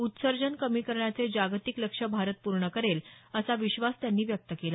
उत्सर्जन कमी करण्याचे जागतिक लक्ष्य भारत पूर्ण करेल असा विश्वास त्यांनी व्यक्त केला